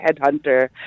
headhunter